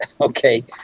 okay